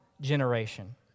generation